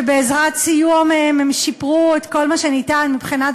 ובעזרת סיוע מהם הם שיפרו את כל מה שניתן מבחינת